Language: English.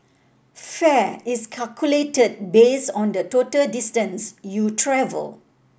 fare is calculated based on the total distance you travel